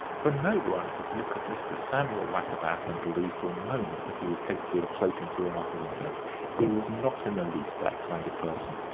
for no one could look at mr. samuel wackerbath and believe for a moment that he was capable of floating through an upper window he was not in the least that kind of person.